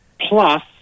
plus